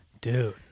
dude